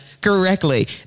correctly